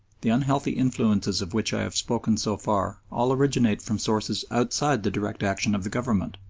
the unhealthy influences of which i have spoken so far all originate from sources outside the direct action of the government.